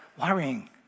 worrying